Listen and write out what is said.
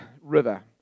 river